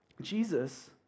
Jesus